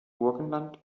burgenland